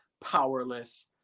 powerless